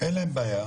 אין להם בעיה.